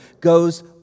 goes